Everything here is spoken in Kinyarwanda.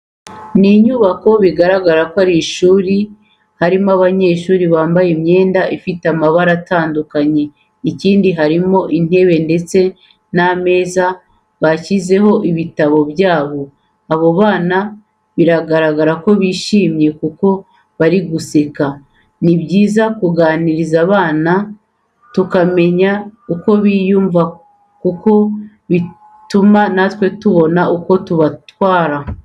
Ni inyubako bigaragara ko ari ishuri, harimo abanyeshuri bambaye imyenda ifite amabara batandukanye. Ikindi harimo intebe ndetse n'ameza bashyizeho ibitabo byabo, abo bana biragaragara ko bishimye kuko bari guseka. Ni byiza kuganiriza abana tukamenya uko biyumva kuko bituma na twe tubona uko tubatwara.